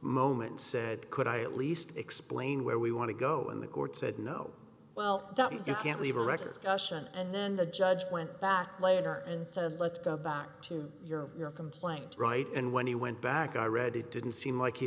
moment said could i at least explain where we want to go in the court said no well that you can't leave a records gusher and then the judge went back later and said let's go back to your your complaint right and when he went back i read it didn't seem like he